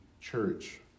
church